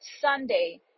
Sunday